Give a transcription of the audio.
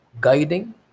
guiding